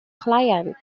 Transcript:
client